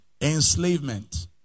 Enslavement